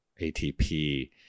ATP